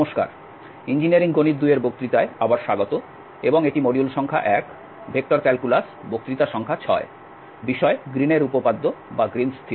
নমস্কার ইঞ্জিনিয়ারিং গণিত 2 এর বক্তৃতায় আবার স্বাগত এবং এটি মডিউল সংখ্যা 1 ভেক্টর ক্যালকুলাস বক্তৃতা সংখ্যা 6 বিষয় গ্রীন এর উপপাদ্য Green's Theorem